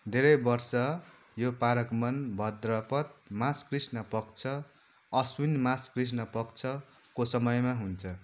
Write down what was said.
धेरै वर्ष यो पारगमन भाद्रपद मास कृष्ण पक्ष अश्विन मास कृष्ण पक्षको समयमा हुन्छ